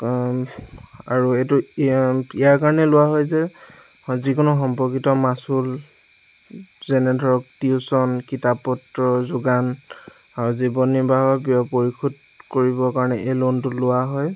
আৰু এইটো ইয়াৰ কাৰণে লোৱা হয় যে যিকোনো সম্পৰ্কিত মাচুল যেনে ধৰক টিউশ্বন কিতাপ পত্ৰ যোগান আৰু জীৱন নিৰ্বাহৰ পৰিশোধ কৰিবৰ কাৰণে এই লোনটো লোৱা হয়